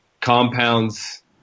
compounds